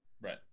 Right